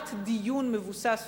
שמונעת דיון מבוסס עובדות.